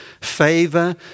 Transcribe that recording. favor